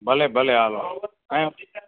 ભલે ભલે ચાલો અહીં આવ